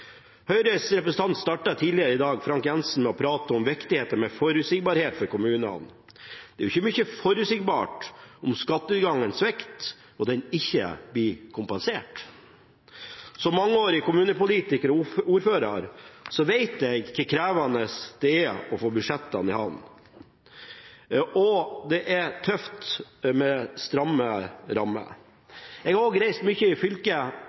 Høyres representant Frank J. Jenssen pratet tidligere i dag om viktigheten av forutsigbarhet for kommunene. Det er jo ikke mye forutsigbart om skatteinngangen svikter og den ikke blir kompensert. Som mangeårig kommunepolitiker og ordfører vet jeg hvor krevende det er å få budsjettene i havn, og det er tøft med stramme rammer. Jeg har også reist mye i fylket